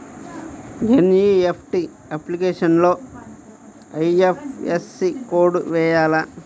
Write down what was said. NEFT అప్లికేషన్లో IFSC code వేయాలా?